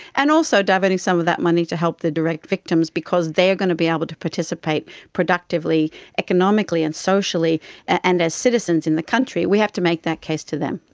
and also diverting some of that money to help help the direct victims because they are going to be able to participate productively economically and socially and as citizens in the country, we have to make that case to them.